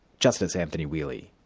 justice anthony whealy.